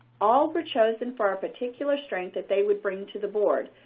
all were chosen for a particular strength that they would bring to the board,